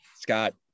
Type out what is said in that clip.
Scott